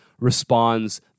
responds